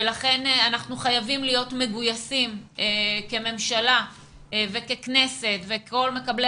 לכן אנחנו חייבים להיות מגויסים כממשלה וככנסת וכל מקבלי